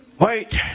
wait